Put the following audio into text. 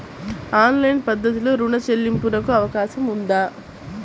Online పద్ధతిలో రుణ చెల్లింపునకు అవకాశం ఉందా?